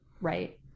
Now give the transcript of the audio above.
right